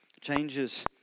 changes